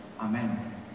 Amen